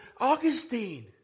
Augustine